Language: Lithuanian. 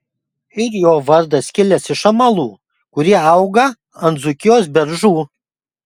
ir jo vardas kilęs iš amalų kurie auga ant dzūkijos beržų